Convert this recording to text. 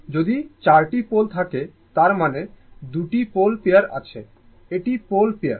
যদি 4 টি পোল থাকে তার মানে 2 টি পোল পেয়ার আছে এটি পোল পেয়ার